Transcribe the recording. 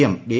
M D